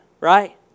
Right